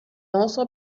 also